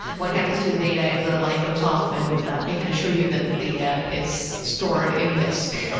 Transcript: what happens to the data if the light goes off? and i can assure you that the data is stored in disk.